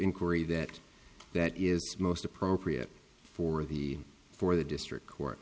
inquiry that that is most appropriate for the for the district court